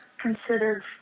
considered